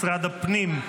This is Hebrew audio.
משרד הפנים,